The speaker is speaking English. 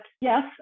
yes